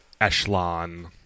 echelon